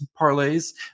parlays